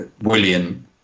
William